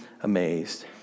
amazed